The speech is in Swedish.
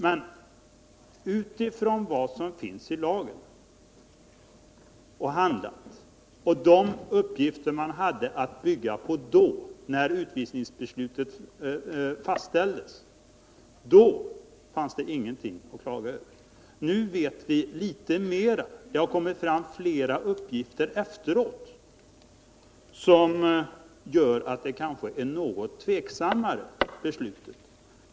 Men med tanke på vad som finns i lagen och de uppgifter man hade att bygga på när utvisningsbeslutet fastställdes fanns det ingenting att klaga över då. Nu vet vi litet mera. Det har kommit fram flera uppgifter efteråt, som gör att man kanske kan vara tveksam till beslutet.